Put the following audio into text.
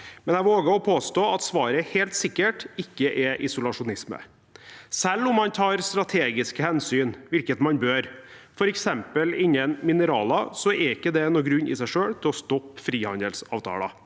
Likevel våger jeg å påstå at svaret helt sikkert ikke er isolasjonisme. Selv om man tar strategiske hensyn, hvilket man bør, f.eks. innen mineraler, er ikke det noen grunn i seg selv til å stoppe frihandelsavtaler.